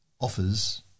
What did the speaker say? offers